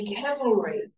cavalry